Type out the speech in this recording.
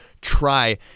try